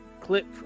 clip